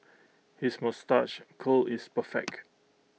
his moustache curl is perfect